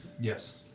Yes